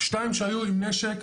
שתיים שהיו עם נשק,